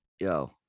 yo